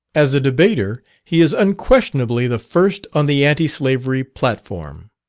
as a debater he is unquestionably the first on the anti-slavery platform.